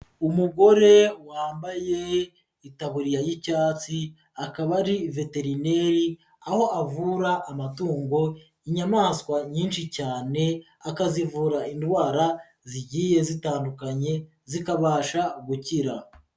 Umugore wambaye itaburiya y'icyatsi akaba ari veterineri, aho avura amatungo, inyamaswa nyinshi cyane akazivura indwara zigiye zitandukanye zikabasha gukira.